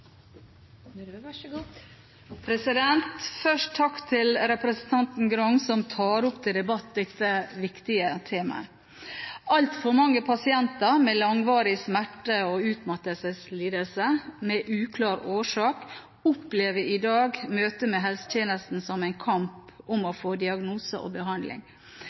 Grung, som tar opp til debatt dette viktige temaet. Altfor mange pasienter med langvarige smerte- og utmattelseslidelser med uklar årsak opplever i dag møtet med helsetjenesten som en kamp om å få diagnose og behandling.